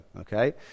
okay